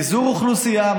ביזור אוכלוסייה,